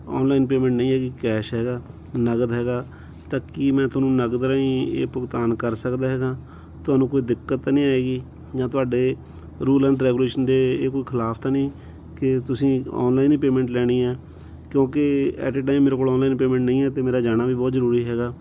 online payment ਨਹੀਂ ਹੈਗੀ cash ਹੈਗਾ ਨਗਦ ਹੈਗਾ ਤਾਂ ਕਿ ਮੈਂ ਤੁਹਾਨੂੰ ਨਗਦ ਰਾਹੀਂ ਇਹ ਭੁਗਤਾਨ ਕਰ ਸਕਦਾ ਹੈਗਾ ਤੁਹਾਨੂੰ ਕੋਈ ਦਿੱਕਤ ਤਾਂ ਨਹੀਂ ਆਵੇਗੀ ਜਾਂ ਤੁਹਾਡੇ ਰੂਲ ਐਂਡ ਰੈਗੂਲੇਸ਼ਨ ਦੇ ਇਹ ਕੋਈ ਖਿਲਾਫ ਤਾਂ ਨਹੀਂ ਕਿ ਤੁਸੀਂ ਔਨਲਾਈਨ ਹੀ ਪੇਮੈਂਟ ਲੈਣੀ ਹੈ ਕਿਉਂਕਿ ਐਟ ਏ ਟਾਈਮ ਮੇਰੇ ਕੋਲ ਔਨਲਾਈਨ ਪੇਮੈਂਟ ਨਹੀਂ ਹੈ ਅਤੇ ਮੇਰਾ ਜਾਣਾ ਵੀ ਬਹੁਤ ਜ਼ਰੂਰੀ ਹੈਗਾ